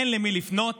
אין למי לפנות.